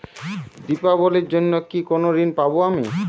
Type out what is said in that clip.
দীপাবলির জন্য কি কোনো ঋণ পাবো আমি?